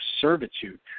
servitude